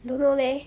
don't know leh